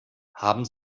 haben